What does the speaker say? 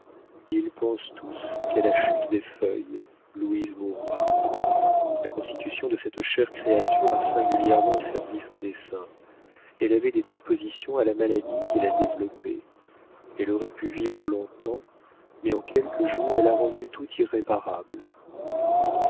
ils pensent tous qu'à la chute des feuilles louise mourra la constitution de cette chère créature a singulièrement servi son dessein elle avait des dispositions à la maladie qu'elle a développée elle aurait pu vivre long-temps mais en quelques jours elle a rendu tout irréparable